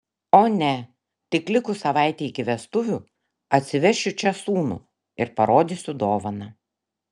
o ne tik likus savaitei iki vestuvių atsivešiu čia sūnų ir parodysiu dovaną